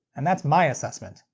and that's my assessment!